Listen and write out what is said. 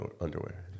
underwear